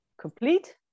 complete